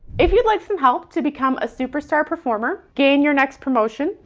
if you'd like some help to become a superstar performer, gain your next promotion,